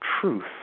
truth